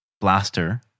blaster